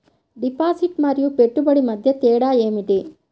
Deposit మరియు పెట్టుబడి మధ్య తేడా ఏమిటి?